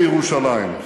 אנחנו בונים בירושלים.